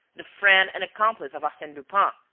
the friend and accomplice of arsene lupin,